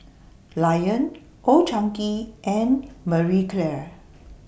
Lion Old Chang Kee and Marie Claire